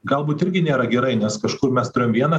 galbūt irgi nėra gerai nes kažkur mes turėjom vieną